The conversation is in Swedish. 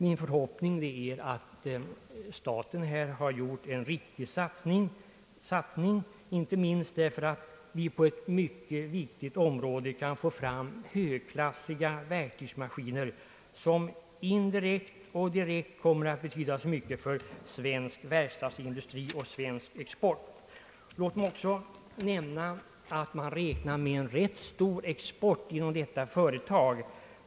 Min förhoppning är att staten här har gjort en riktig satsning, inte minst därför att vi på ett mycket viktigt område kan få fram högklassiga verktygsmaskiner, som indirekt och direkt kommer att betyda mycket för svensk verkstadsindustri och svensk export. Låt mig också nämna att man räknar med en rätt stor export inom detta företag.